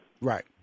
Right